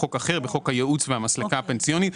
בחוק אחר בחוק הייעוץ והמסלקה הפנסיוני,